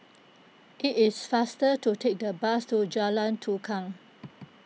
it is faster to take the bus to Jalan Tukang